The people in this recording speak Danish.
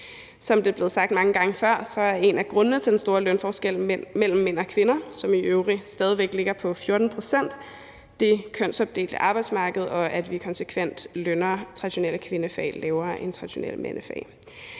Som det er blevet sagt mange gange før, er en af grundene til den store lønforskel mellem mænd og kvinder, som i øvrigt stadig væk ligger på 14 pct., det kønsopdelte arbejdsmarked, og at vi konsekvent lønner traditionelle kvindefag lavere end traditionelle mandefag.